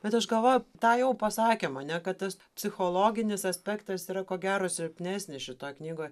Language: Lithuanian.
bet aš galvoju tą jo pasakymą ane kad tas psichologinis aspektas yra ko gero silpnesnis šitoj knygoj